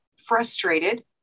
frustrated